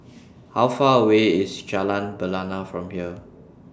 How Far away IS Jalan Bena from here